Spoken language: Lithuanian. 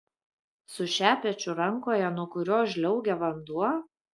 su šepečiu rankoje nuo kurio žliaugia vanduo